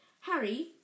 Harry